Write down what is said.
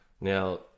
Now